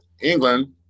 England